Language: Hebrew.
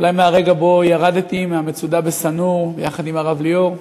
אולי מהרגע שבו ירדתי מהמצודה בשא-נור יחד עם הרב ליאור?